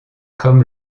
comme